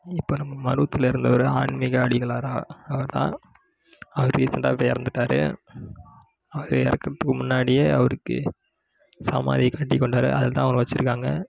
இப்போ நம்ம மருவத்தூரில் இறந்தவரு ஆன்மீக அடிகளாரா அவர் தான் அவர் ரீசெண்டாக இப்போ இறந்துட்டாரு அவர் இறக்கறதுக்கு முன்னாடியே அவருக்கு சமாதி கட்டிக்கொண்டார் அதில் தான் அவரை வச்சிருக்காங்க